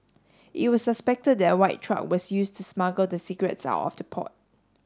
it was suspected that a white truck was used to smuggle the cigarettes out of the port